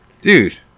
Dude